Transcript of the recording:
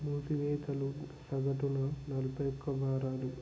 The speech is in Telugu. మూసివేతలు సగటున నలభై ఒక్క వారాలు